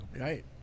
Right